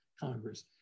Congress